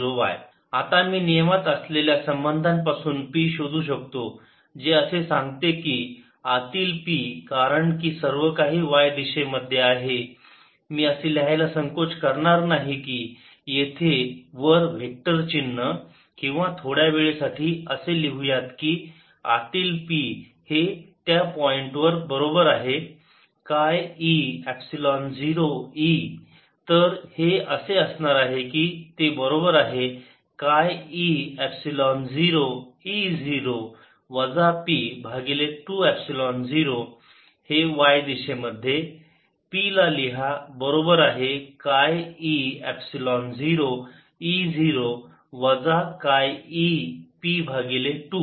EE0yPPyE P20 P20y EE0y P20y Pe0Ee0E0 P20yPe0E0 eP2 P1e2e0E0P2e2e0E0y आता मी नियमात असलेल्या संबंधांपासून p शोधू शकतो जे असे सांगते की आतील p कारण की सर्वकाही y दिशेमध्ये आहे मी असे लिहायला संकोच करणार नाही की येथे वर वेक्टर चिन्ह किंवा थोड्या वेळेसाठी असे लिहू यात की आतील P हे त्या पॉईंटवर बरोबर आहे काय e एपसिलोन 0 E तर हे असे असणार आहे की ते बरोबर आहे काय e एपसिलोन 0 E 0 वजा p भागिले 2 एपसिलोन 0 हे y दिशेमध्ये p ला लीहा बरोबर आहे काय e एपसिलोन 0 E 0 वजा काय e p भागिले 2